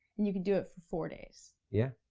and you could do it for four days. yeah,